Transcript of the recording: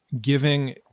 giving